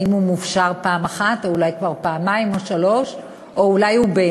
אם הוא הופשר פעם אחת או אולי כבר פעמיים או שלוש פעמים,